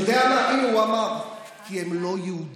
אתה יודע מה, הינה, הוא אמר, כי הם לא יהודים.